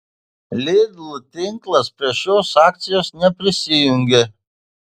lidl tinklas prie šios akcijos neprisijungė